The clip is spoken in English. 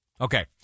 Okay